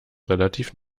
relativ